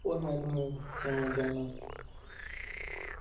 होर में तुसें सनाना चाह्नां